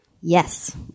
Yes